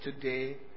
today